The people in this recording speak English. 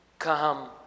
Come